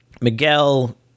miguel